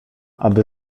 aby